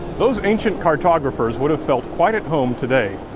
those ancient cartographers would have felt quite at home today.